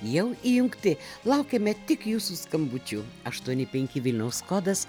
jau įjungti laukiame tik jūsų skambučių aštuoni penki vilniaus kodas